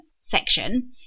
section